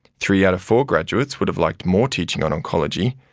three out of four graduates would have liked more teaching on oncology,